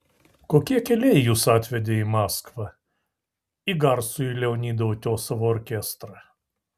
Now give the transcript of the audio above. kokie keliai jus atvedė į maskvą į garsųjį leonido utiosovo orkestrą